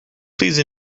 please